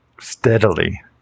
steadily